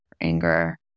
anger